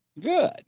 Good